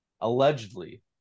allegedly